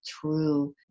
true